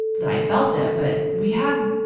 that i felt it. but, we had,